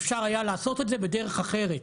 אפשר היה לעשות את זה בדרך אחרת.